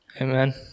Amen